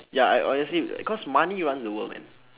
ya I honestly cause money runs the world man